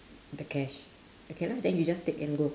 the cash okay lah then you just take and go